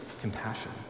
compassion